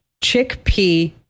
chickpea